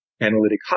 analytic